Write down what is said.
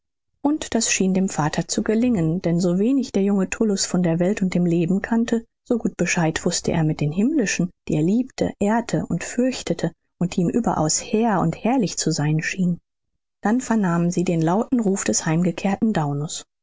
und das schien dem vater zu gelingen denn so wenig der junge tullus von der welt und dem leben kannte so gut bescheid wußte er mit den himmlischen die er liebte ehrte und fürchtete und die ihm überaus hehr und herrlich zu sein schienen dann vernahmen sie den lauten ruf des heimgekehrten daunus